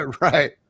Right